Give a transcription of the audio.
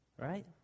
right